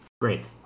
great